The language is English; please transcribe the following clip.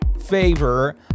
favor